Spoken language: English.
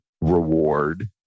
reward